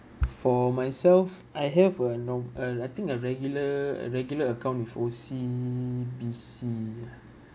for myself I have a norm~ uh I think a regular a regular account with O_C_B_C ah